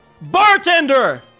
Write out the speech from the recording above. Bartender